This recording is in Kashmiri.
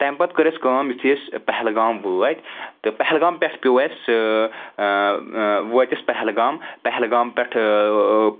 تَمہِ پَتہٕ کٔر اسہِ کام یِتھُے أسۍ پہلگام وٲتۍ تہٕ پہلگام پیٹھ پٮ۪و اسہِ وٲتۍ أسۍ پہلگام پہلگام پیٹھٕ